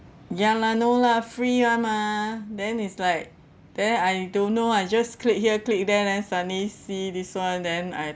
ya lah no lah free [one] mah then it's like then I don't know I just click here click there then suddenly see this [one] then I